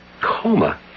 Coma